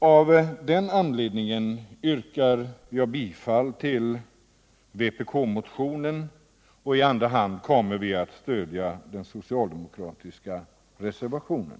Av den anledningen :yrkar jag bifall till vpk-motionen 648. I andra hand kommer vpk att stödja den socialdemokratiska reservationen.